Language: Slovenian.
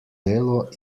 delo